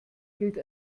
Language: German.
gilt